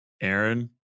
Aaron